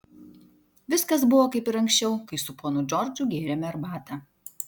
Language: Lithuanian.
viskas buvo kaip ir anksčiau kai su ponu džordžu gėrėme arbatą